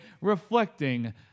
Reflecting